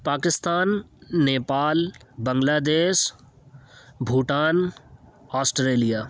Pakistan Nepal Bangladesh Bhutan Australia